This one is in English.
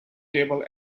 table